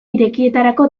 irekietarako